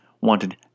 wanted